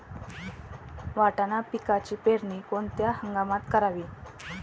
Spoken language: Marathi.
वाटाणा पिकाची पेरणी कोणत्या हंगामात करावी?